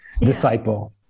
disciple